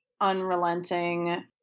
unrelenting